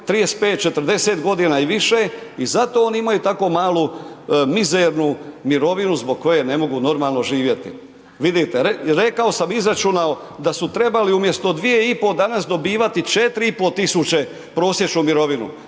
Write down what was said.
35, 40 g, i više i zato oni imaju tako malu mizernu mirovinu zbog koje ne mogu normalno živjeti. Vidite, rekao sam i izračunao da su trebali umjesto 2 i pol danas dobivati 4500 prosječnu mirovinu,